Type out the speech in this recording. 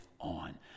on